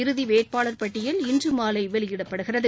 இறுதி வேட்பாளர் பட்டியல் இன்று மாலை வெளியிடப்படுகிறது